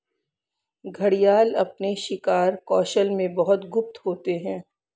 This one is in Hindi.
घड़ियाल अपने शिकार कौशल में बहुत गुप्त होते हैं